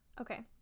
Okay